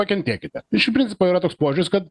pakentėkite iš principo yra toks požiūris kad